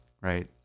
right